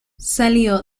salió